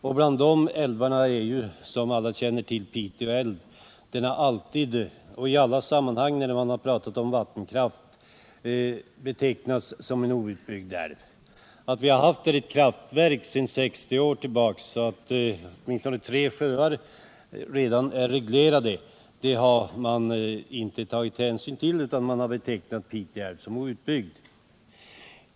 Till de älvarna räknas, som alla känner till, Piteälven — den har alltid i alla sammanhang då man har talat om vattenkraft betecknats som en outbyggd älv. Att vi har ett kraftverk sedan 60 år tillbaka och att åtminstone tre sjöar redan är reglerade har man inte tagit hänsyn till, utan man har betecknat Pite älv som outbyggd.